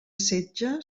setge